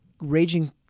raging